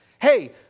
hey